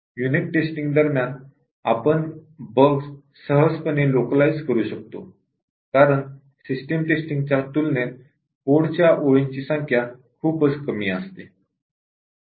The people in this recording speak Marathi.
युनिट टेस्टिंग दरम्यान आपण बग सहजपणे लोकलाइझ करू शकतो कारण सिस्टम टेस्टिंगच्या तुलनेत कोड च्या ओळींची संख्या खूपच कमी असते